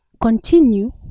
continue